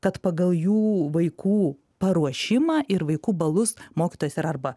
tad pagal jų vaikų paruošimą ir vaikų balus mokytojas yra arba